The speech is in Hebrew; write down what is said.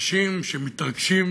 גברתי, אנשים שמתרגשים